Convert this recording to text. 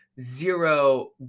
zero